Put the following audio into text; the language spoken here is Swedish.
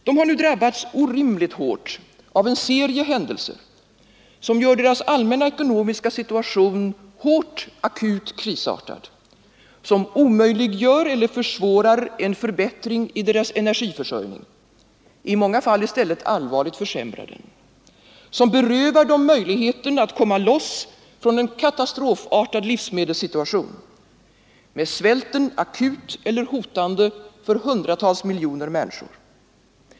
De har nu drabbats orimligt hårt av en serie händelser, som gör deras allmänna ekonomiska situation hårt akut krisartad, som omöjliggör eller försvårar en förbättring i deras energiförsörjning, i många fall i stället allvarligt försämrar den, som berövar dem möjligheten att komma loss från en katastrofartad livsmedelssituation, med svälten akut eller hotande för hundratals miljoner människor.